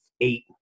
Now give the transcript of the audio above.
eight